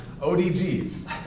ODGs